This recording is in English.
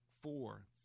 four